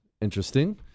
interesting